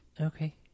Okay